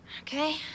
okay